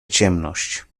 ciemność